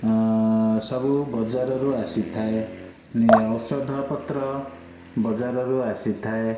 ସବୁ ବଜାରରୁ ଆସିଥାଏ ଔଷଧପତ୍ର ବଜାରରୁ ଆସିଥାଏ